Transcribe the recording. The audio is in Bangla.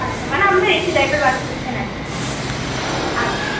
আচ্ছা মানে আপনারা এ সি টাইপের বাস খুঁজছেন আর কি আচ্ছা আচ্ছা